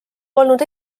polnud